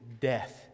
death